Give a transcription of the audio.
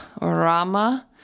Rama